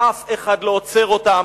אף אחד לא עוצר אותם,